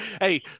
Hey